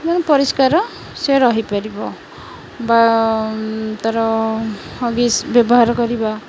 ମାନେ ପରିଷ୍କାର ସେ ରହିପାରିବ ବା ତା'ର ହଗିସ୍ ବ୍ୟବହାର କରିବା